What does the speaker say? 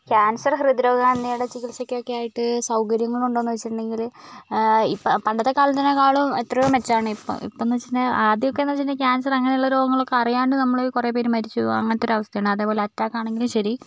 cancer ഹൃദ്രോഗം എന്നിവയുടെ ചികിത്സക്കൊക്കെയായിട്ട് സൗകര്യങ്ങളുണ്ടോ എന്ന് ചോദിച്ചിട്ടുണ്ടെങ്കിൽ ഇപ്പോൾ പണ്ടത്തെ കാലത്തിനെക്കാളും എത്രയോ മെച്ചമാണിപ്പോൾ ഇപ്പം എന്ന് വെച്ചിട്ടുണ്ടെങ്കിൽ ആദ്യമൊക്കെ വെച്ചിട്ടുണ്ടെങ്കിൽ ക്യാൻസർ അങ്ങനെയുള്ള രോഗങ്ങളൊക്കെ അറിയാണ്ട് നമ്മളിൽ കുറെ പേര് മരിച്ചുപോകുക അങ്ങനത്തെ ഒരു അവസ്ഥയായിരുന്നു അതേപോലെ അറ്റാക്ക് ആണെങ്കിലും ശരി